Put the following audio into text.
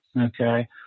okay